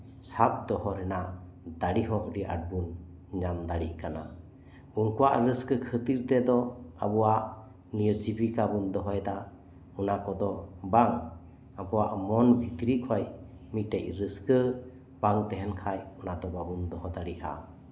ᱥᱟᱵ ᱫᱚᱦᱚ ᱨᱮᱭᱟᱜ ᱫᱟᱲᱮ ᱦᱚᱸ ᱟᱹᱰᱤ ᱟᱸᱴ ᱵᱚᱱ ᱧᱟᱢ ᱫᱟᱲᱮᱭᱟᱜ ᱠᱟᱱᱟ ᱩᱱᱠᱩᱣᱟᱜ ᱨᱟᱹᱥᱠᱟᱹ ᱠᱷᱟᱹᱛᱤᱨ ᱛᱮᱫᱚ ᱟᱵᱚᱣᱟᱜ ᱡᱤᱵᱤᱠᱟ ᱵᱚᱱ ᱫᱚᱦᱚᱭᱮᱫᱟ ᱚᱱᱟ ᱠᱚᱫᱚ ᱵᱟᱝ ᱟᱵᱚᱣᱟᱜ ᱢᱚᱱ ᱵᱷᱤᱛᱨᱤ ᱠᱷᱚᱡ ᱢᱤᱫᱴᱟᱝ ᱨᱟᱹᱥᱠᱟᱹ ᱵᱟᱝ ᱛᱟᱸᱦᱮᱱ ᱠᱷᱟᱡ ᱚᱱᱟ ᱫᱚ ᱵᱟᱵᱚᱱ ᱫᱚᱦᱚ ᱫᱟᱲᱮᱭᱟᱜᱼᱟ